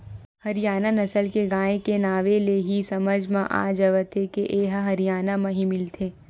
हरियाना नसल के गाय के नांवे ले ही समझ म आ जावत हे के ए ह हरयाना म ही मिलथे